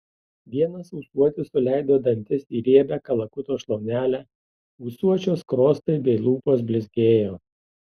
vienas ūsuotis suleido dantis į riebią kalakuto šlaunelę ūsuočio skruostai bei lūpos blizgėjo